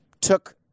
took